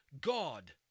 God